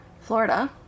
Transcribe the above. Florida